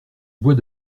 bois